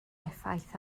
effaith